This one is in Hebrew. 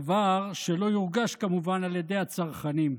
דבר שלא יורגש כמובן על ידי הצרכנים.